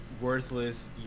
worthless